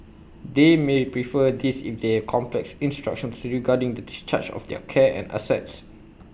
they may prefer this if they have complex instructions regarding the discharge of their care and assets